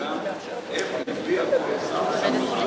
וגם איך הצביע כל שר שם בוועדה.